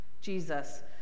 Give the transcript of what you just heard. Jesus